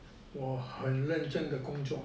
我很认真的工作